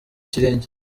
kirenge